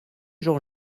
jean